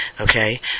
Okay